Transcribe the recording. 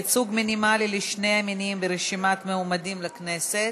ייצוג מינימלי לשני המינים ברשימת מועמדים לכנסת).